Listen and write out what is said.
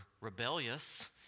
rebellious